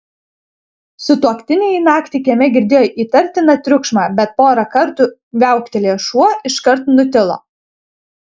sutuoktiniai naktį kieme girdėjo įtartiną triukšmą bet porą kartų viauktelėjęs šuo iškart nutilo